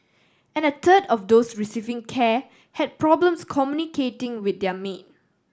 and a third of those receiving care had problems communicating with their maid